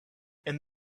and